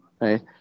right